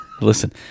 Listen